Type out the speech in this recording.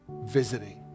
visiting